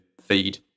feed